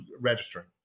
registering